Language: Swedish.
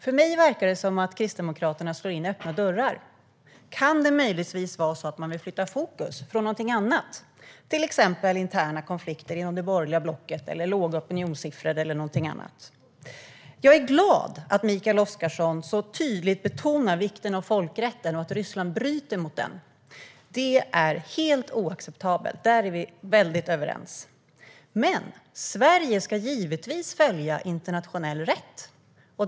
För mig verkar det som att Kristdemokraterna slår in öppna dörrar. Kan det vara på det sättet att man vill flytta fokus från något annat, till exempel interna konflikter inom det borgerliga blocket, låga opinionssiffror eller något annat? Jag är glad över att Mikael Oscarsson så tydligt betonar vikten av folkrätten samt att Ryssland bryter mot den. Det är helt oacceptabelt, där är vi överens. Men Sverige ska givetvis följa internationell rätt.